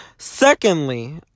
Secondly